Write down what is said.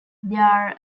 there